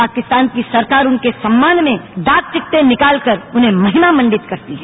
पाकिस्तान की सरकार उनके सम्मान में डाक टिकटें निकाल कर उन्हें महिमा मंडित करती है